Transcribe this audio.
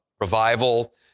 revival